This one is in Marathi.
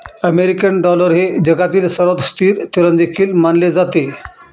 अमेरिकन डॉलर हे जगातील सर्वात स्थिर चलन देखील मानले जाते